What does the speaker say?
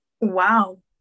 wow